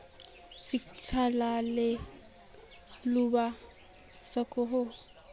शिक्षा ला लोन लुबा सकोहो?